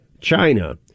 China